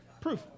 Proof